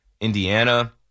Indiana